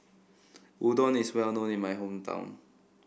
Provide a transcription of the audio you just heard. Udon is well known in my hometown